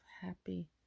happy